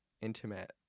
intimate